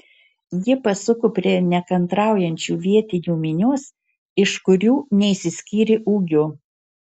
ji pasuko prie nekantraujančių vietinių minios iš kurių neišsiskyrė ūgiu